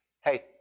hey